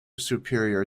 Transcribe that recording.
superior